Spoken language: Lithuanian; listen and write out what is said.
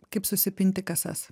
kaip susipinti kasas